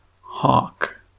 Hawk